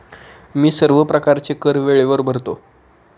मी सर्व प्रकारचे कर वेळेवर भरतो